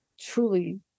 truly